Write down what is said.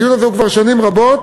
הדיון הזה הוא כבר שנים רבות.